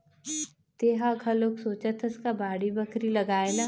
तेंहा घलोक सोचत हस का बाड़ी बखरी लगाए ला?